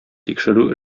тикшерү